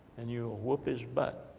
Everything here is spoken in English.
and you'll whoop his butt,